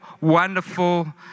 wonderful